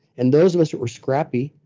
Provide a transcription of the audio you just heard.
and those of us that were scrappy,